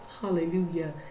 hallelujah